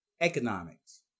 economics